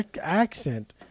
accent